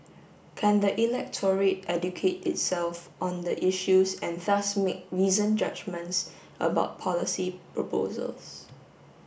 can the electorate educate itself on the issues and thus make reasoned judgements about policy proposals